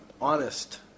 honest